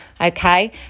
okay